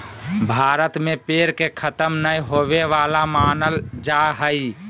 भारत में पेड़ के खतम नय होवे वाला मानल जा हइ